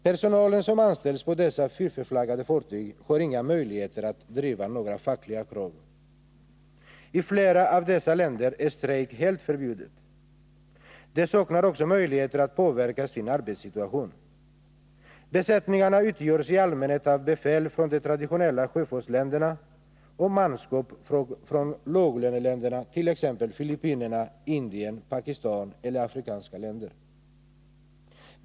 Den personal som anställs på dessa fiffelflaggade fartyg har inga möjligheter att driva några fackliga krav — i flera av dessa länder är strejk helt förbjuden. Den saknar också möjligheter att påverka sin arbetssituation. Besättningarna utgörs i allmänhet av befäl från de traditionella sjöfartsländerna och manskap från låglöneländerna, t.ex. Filippinerna, Indien, Pakistan och afrikanska länder.